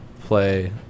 play